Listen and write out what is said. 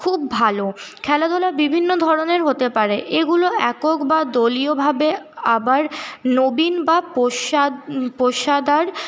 খুব ভালো খেলাধুলা বিভিন্ন ধরনের হতে পারে এগুলো একক বা দলীয়ভাবে আবার নবীন বা পেশাদার